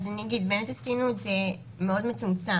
עשינו את זה מאוד מצומצם,